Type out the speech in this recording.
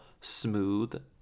smooth